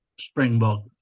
springbok